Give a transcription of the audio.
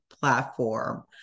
platform